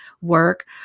work